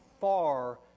far